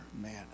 man